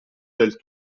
del